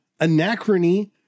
Anachrony